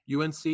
UNC